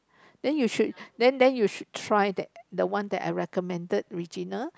then you should then then you should try that the one I recommended Regina